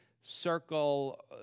circle